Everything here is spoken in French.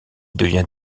devient